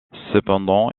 cependant